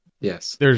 Yes